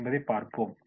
என்று பார்ப்போம்